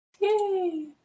Yay